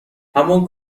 همان